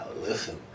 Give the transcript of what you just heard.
Listen